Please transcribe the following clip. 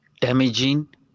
damaging